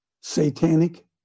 satanic